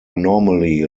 normally